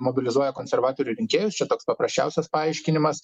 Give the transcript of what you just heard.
mobilizuoja konservatorių rinkėjus čia toks paprasčiausias paaiškinimas